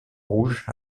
rouge